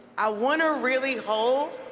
i want to really hold,